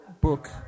book